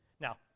Now